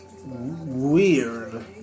weird